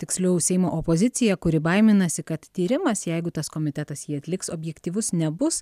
tiksliau seimo opozicija kuri baiminasi kad tyrimas jeigu tas komitetas jį atliks objektyvus nebus